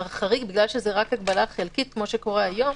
החריג, בגלל שזה הגבלה חלקית, כפי שקורה היום,